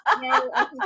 No